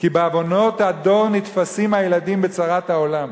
כי בעוונות הדור נתפסים הילדים בצרת העולם,